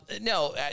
no